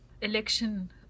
election